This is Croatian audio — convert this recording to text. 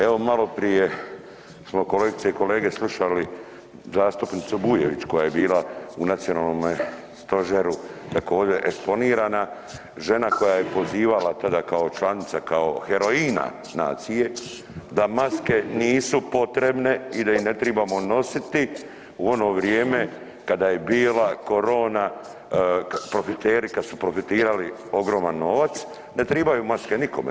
Evo malo prije smo kolegice i kolege slušali zastupnicu Bujević koja je bila u Nacionalnom stožeru također eksponirana, žena koja je pozivala tada kao članica, kao heroina nacije da maske nisu potrebne i da ih ne tribamo nositi u ono vrijeme kada je bila corona, profiteri kad su profitirali ogroman novac, ne tribaju maske nikome.